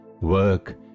work